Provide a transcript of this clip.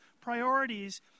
priorities